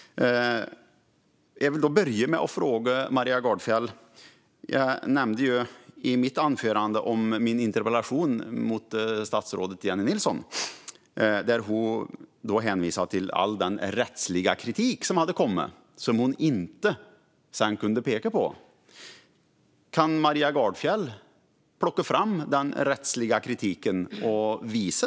Jag börjar med att ställa följande fråga till Maria Gardfjell. Jag nämnde i mitt anförande min interpellation ställd till statsrådet Jennie Nilsson. Hon hänvisade till all den rättsliga kritik som hade kommit, som hon sedan inte kunde peka på. Kan Maria Gardfjell visa den rättsliga kritiken?